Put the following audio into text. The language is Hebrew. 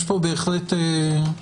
יש פה בהחלט מה לחשוב.